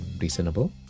reasonable